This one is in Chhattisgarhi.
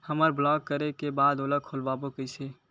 हमर ब्लॉक करे के बाद ओला खोलवाबो कइसे?